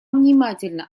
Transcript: внимательно